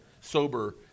sober